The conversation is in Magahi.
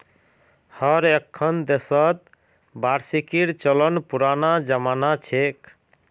हर एक्खन देशत वार्षिकीर चलन पुनना जमाना छेक